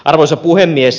arvoisa puhemies